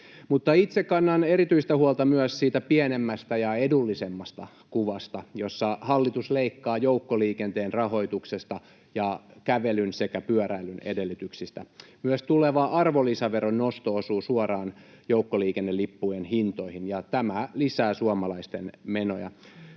itse kannan erityistä huolta myös siitä pienemmästä ja edullisemmasta kuvasta, jossa hallitus leikkaa joukkoliikenteen rahoituksesta ja kävelyn sekä pyöräilyn edellytyksistä. Myös tuleva arvonlisäveron nosto osuu suoraan joukkoliikennelippujen hintoihin, ja tämä lisää suomalaisten menoja.